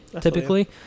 typically